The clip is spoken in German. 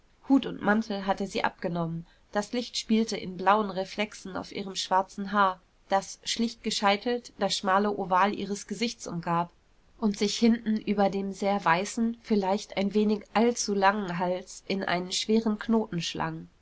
hut und mantel hatte sie abgenommen das licht spielte in blauen reflexen auf ihrem schwarzen haar das schlicht gescheitelt das schmale oval ihres gesichts umgab und sich hinten über dem sehr weißen vielleicht ein wenig allzu langen hals in einen schweren knoten schlang